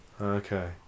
Okay